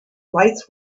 lights